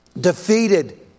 defeated